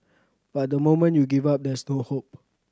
but the moment you give up there's no hope